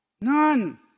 None